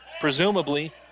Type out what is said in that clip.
presumably